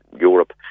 Europe